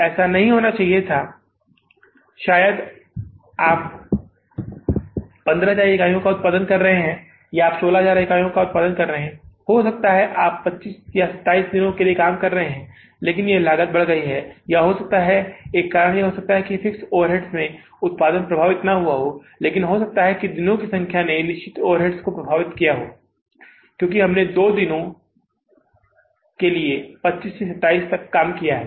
ऐसा नहीं होना चाहिए था शायद आप 15000 इकाइयों का उत्पादन कर रहे हैं या आप 16000 इकाइयों का उत्पादन कर रहे हैं हो सकता है कि आप 25 या 27 दिनों के लिए काम कर रहे हों लेकिन यह लागत बढ़ गई है या हो सकता है कि एक कारण यह हो सकता है कि फिक्स्ड ओवरहेड से उत्पादन प्रभावित नहीं हुआ है लेकिन हो सकता है कि दिनों की संख्या ने निश्चित ओवरहेड्स को प्रभावित किया हो क्योंकि हमने दो और दिनों के लिए 25 से 27 तक काम किया है